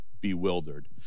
bewildered